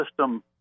system